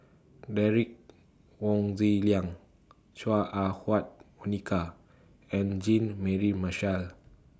Derek Wong Zi Liang Chua Ah Huwa Monica and Jean Mary Marshall